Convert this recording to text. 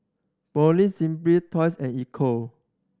Poulet Simply Toys and Ecco